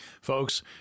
Folks